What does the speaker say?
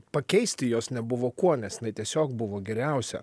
pakeisti jos nebuvo kuo nes jinai tiesiog buvo geriausia